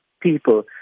people